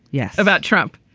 yes. about trump.